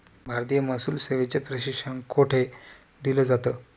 भारतीय महसूल सेवेचे प्रशिक्षण कोठे दिलं जातं?